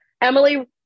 Emily